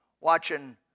watching